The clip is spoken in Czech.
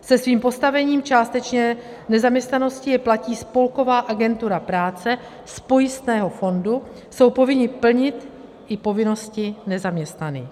Se svým postavením částečné nezaměstnanosti je platí spolková agentura práce z pojistného fondu, jsou povinni plnit i povinnosti nezaměstnaných.